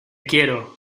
quiero